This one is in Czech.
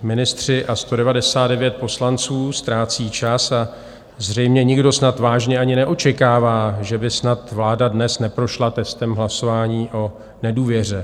Ministři a 199 poslanců ztrácí čas a zřejmě nikdo snad vážně ani neočekává, že by snad vláda dnes neprošla testem hlasování o nedůvěře.